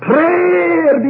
Prayer